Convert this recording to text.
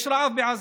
יש רעב בעזה,